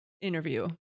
interview